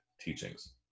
teachings